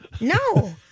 No